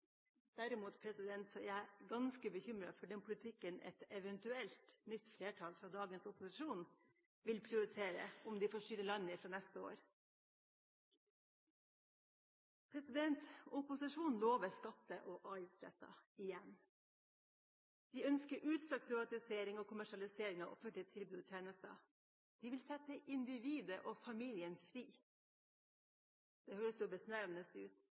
Derimot er jeg ganske bekymret for den politikken et eventuelt nytt flertall fra dagens opposisjon vil prioritere, om de får styre landet fra neste høst. Opposisjonen lover skatte- og avgiftslette – igjen. De ønsker utstrakt privatisering og kommersialisering av offentlige tilbud og tjenester. De vil sette individet og familien fri. Det høres besnærende ut,